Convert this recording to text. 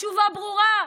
התשובה ברורה: